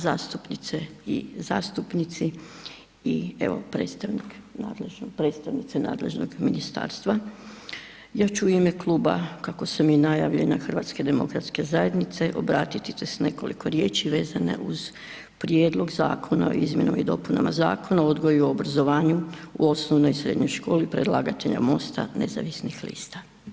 Zastupnice i zastupnici i evo predstavnik, predstavnica nadležnog ministarstva, ja ću u ime kluba kako sam i najavljena HDZ-a obratiti se s nekoliko riječi vezane uz Prijedlog Zakona o izmjenama i dopuna Zakona o odgoju i obrazovanju u osnovnoj i srednjoj školi, predlagatelja MOST-a nezavisnih lista.